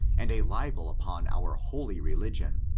and a libel upon our holy religion,